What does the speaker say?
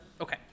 Okay